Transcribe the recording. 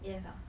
yes ah